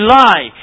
lie